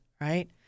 right